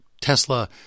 Tesla